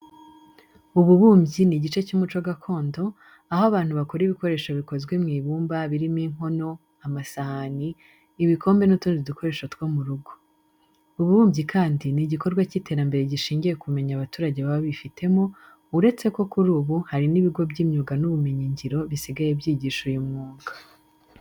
Ububumbyi ni igice cy'umuco gakondo, aho abantu bakora ibikoresho bikozwe mu ibumba birimo inkono, amasahani, ibikombe n'utundi dukoresho two mu rugo. Ububumbyi kandi ni igikorwa cy'iterambere gishingiye ku bumenyi abaturage baba bifitemo, uretse ko kuri ubu hari n'ibigo by'imyuga n'ubumenyingiro bisigaye byigisha uyu mwuga.